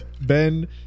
ben